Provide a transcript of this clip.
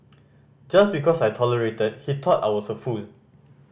just because I tolerated he thought I was a fool